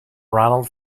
ronald